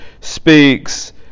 speaks